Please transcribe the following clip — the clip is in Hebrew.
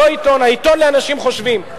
עיתון לאנשים חושבים.